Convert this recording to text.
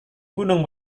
gunung